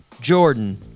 Jordan